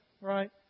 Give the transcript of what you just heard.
Right